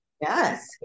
Yes